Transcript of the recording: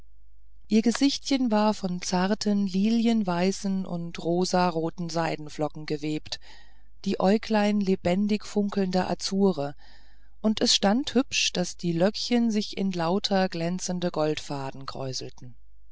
ihr gesichtchen war wie von zarten lilienweißen und rosenroten seidenflocken gewebt die äugelein lebendige funkelnde azure und es stand hübsch daß die löckchen sich in lauter glänzenden